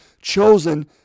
Chosen